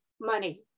money